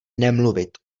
nemluvit